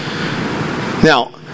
Now